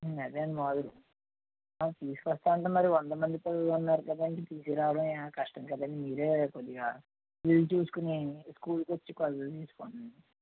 అదేనండి మామూలుగా తీసుకువస్తా అంటే మరీ వంద మంది పిల్లలు ఉన్నారు కదండీ తీసుకురావడం కష్టం కదండీ మీరే కొద్దిగా వీలు చూసుకుని స్కూల్కి వచ్చి కొలతలు తీసుకోండి